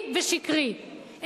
ושקרי,